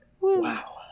Wow